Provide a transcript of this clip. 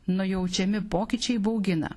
nujaučiami pokyčiai baugina